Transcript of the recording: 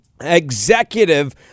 executive